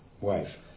wife